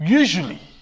usually